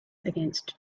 against